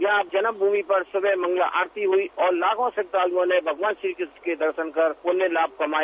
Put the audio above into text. यहाँ जन्ममूमि पर सुबह मंगला आरती हुई और लाखो श्रद्दालुओ ने मगवान श्रीकृष्ण के दर्शन कर पुण्य लाय कमाया